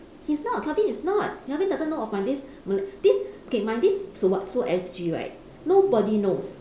he's not calvin he's not calvin doesn't know of my this mal~ this okay my this Sulwhasoo S_G right nobody knows